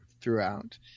throughout